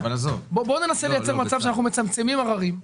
בואו ננסה לייצר מצב שאנחנו מצמצמים עררים.